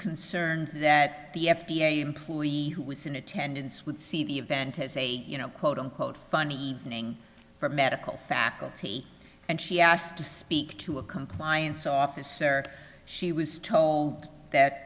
concerned that the f d a employee who was in attendance would see the event as a you know quote unquote fun evening for medical faculty and she asked to speak to a compliance officer she was told that